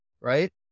right